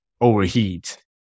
overheat